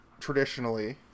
traditionally